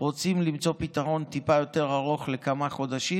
רוצים למצוא פתרון טיפה יותר ארוך לכמה חודשים,